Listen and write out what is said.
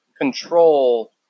control